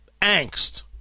angst